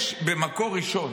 יש במקור ראשון,